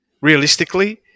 realistically